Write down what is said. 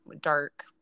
dark